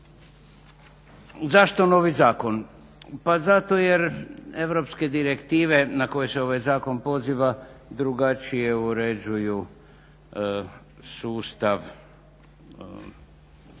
Zašto novi zakon? Pa zato jer europske direktive na koje se ovaj zakon poziva drugačije uređuju sustav